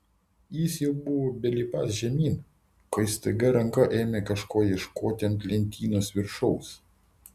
jis jau buvo belipąs žemyn kai staiga ranka ėmė kažko ieškoti ant lentynos viršaus